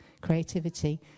creativity